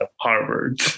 Harvard